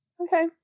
okay